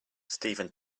steven